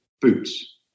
boots